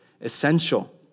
essential